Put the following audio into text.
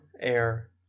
air